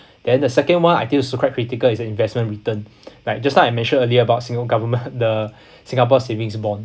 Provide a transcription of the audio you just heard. then the second one I think also quite critical is the investment return like just now I mentioned earlier about singapore government the singapore savings bond